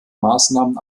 maßnahmen